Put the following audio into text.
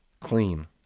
Clean